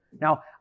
Now